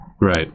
Right